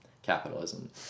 Capitalism